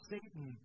Satan